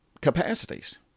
capacities